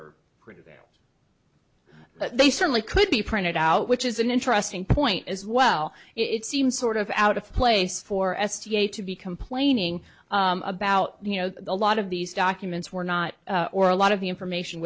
are pretty there but they certainly could be printed out which is an interesting point as well it seems sort of out of place for s t a to be complaining about you know a lot of these documents were not or a lot of the information